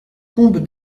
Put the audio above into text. combe